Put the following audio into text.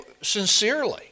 sincerely